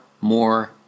more